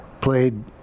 played